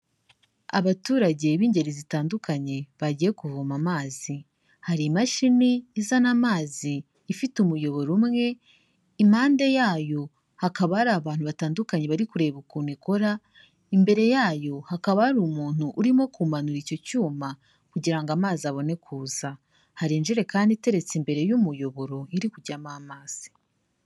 Abaturage b'ingeri zitandukanye bagiye kuvoma amazi, hari imashini izana amazi ifite umuyoboro umwe, impande yayo hakaba hari abantu batandukanye bari kureba ukuntu ikora, imbere yayo hakaba hari umuntu urimo kumanura icyo cyuma, kugira ngo amazi abone kuza, hari injerekani iteretse imbere y'umuyoboro iri kujyamo amazi.